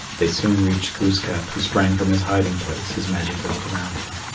they soon reached glooskap, who sprang from his hiding place, his magic belt around him.